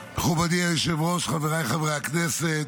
מכובדי היושב-ראש, חבריי חברי הכנסת,